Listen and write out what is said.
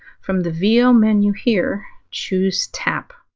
from the vo menu here, choose tap,